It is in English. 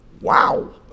Wow